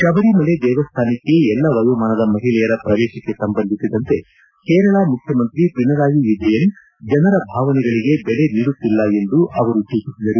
ಶಬರಿಮಲೆ ದೇವಸ್ಥಾನಕ್ಕೆ ಎಲ್ಲ ವಯೋಮಾನದ ಮಹಿಳೆಯರ ಪ್ರವೇಶಕ್ಕೆ ಸಂಬಂಧಿಸಿದಂತೆ ಕೇರಳ ಮುಖ್ಯಮಂತ್ರಿ ಪಿಣರಾಯಿ ವಿಜಯನ್ ಜನರ ಭಾವನೆಗಳಿಗೆ ಬೆಲೆ ನೀಡುತ್ತಿಲ್ಲ ಎಂದು ಅವರು ಟೀಕಿಸಿದ್ದಾರೆ